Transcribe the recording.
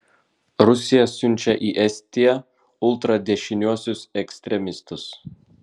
rusija siunčia į estiją ultradešiniuosius ekstremistus